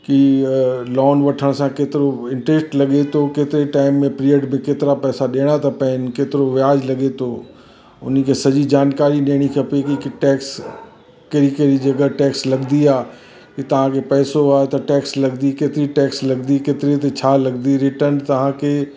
कि लोन वठण सां केतिरो इंट्रेस्ट लॻे थो केतिरे टाइम पीरियड में केतिरा पैसा ॾियणा था पवनि केतिरो व्याज लॻे थो हुनखे सॼी जानकारी ॾियणी खपे कि टेक्स कहिड़ी कहिड़ी जॻए टेक्स लॻंदी आहे कि तव्हांखे पैसो आहे त टेक्स लॻंदी केतिरी टेक्स लॻंदी केतिरे ते छा लॻंदी रिटन तव्हांखे